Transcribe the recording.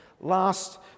last